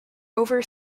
over